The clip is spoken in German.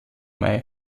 mai